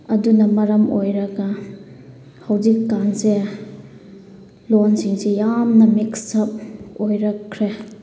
ꯑꯗꯨꯅ ꯃꯔꯝ ꯑꯣꯏꯔꯒ ꯍꯧꯖꯤꯛꯀꯥꯟꯁꯦ ꯂꯣꯟꯁꯤꯡꯁꯦ ꯌꯥꯝꯅ ꯃꯤꯛꯁ ꯑꯞ ꯑꯣꯏꯔꯛꯈ꯭ꯔꯦ